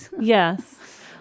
yes